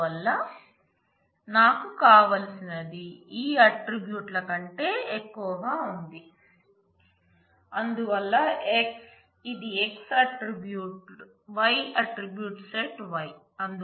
అందువల్ల నాకు కావలసినది ఈ ఆట్రిబ్యూట్ల కంటే ఎక్కువగా ఉంది అందువల్ల X ఇది x ఈ attribute y attribute set Y